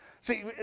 See